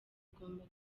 igomba